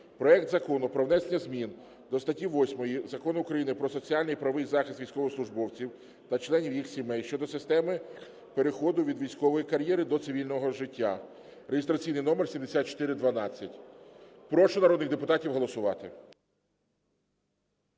проект Закону про внесення змін до статті 8 Закону України "Про соціальний і правовий захист військовослужбовців та членів їх сімей" щодо системи переходу від військової кар’єри до цивільного життя (реєстраційний номер 7412). Прошу народних депутатів голосувати.